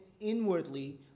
inwardly